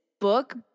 book